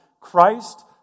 Christ